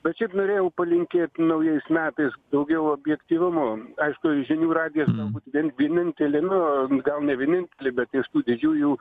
bet šiaip norėjau palinkėt naujais metais daugiau objektyvumo aišku žinių radijas galbūt vien vienintelė nu gal ne vienintelė bet iš tų didžiųjų